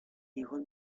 hijos